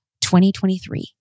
2023